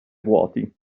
vuoti